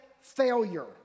failure